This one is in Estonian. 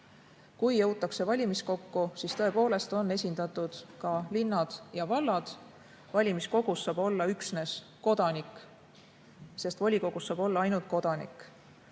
Kui jõutakse valimiskokku, siis tõepoolest on esindatud ka linnad ja vallad. Valimiskogus saab olla üksnes Eesti kodanik, sest volikogus saab olla ainult Eesti kodanik.